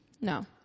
No